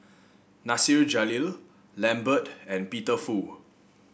Nasir Jalil Lambert and Peter Fu